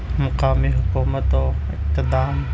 مقامی حکومت و اقتدام